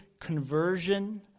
conversion